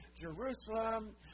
Jerusalem